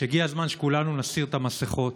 שהגיע הזמן שכולנו נסיר את המסכות.